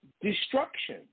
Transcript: Destruction